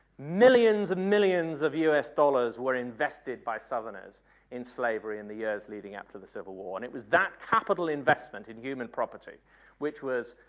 millions and millions of us dollars were invested by southerners in slavery in the years leading after the civil war and it was that capital investment in human property which was,